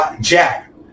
Jack